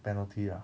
penalty ah